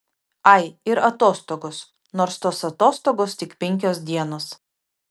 ai ir atostogos nors tos atostogos tik penkios dienos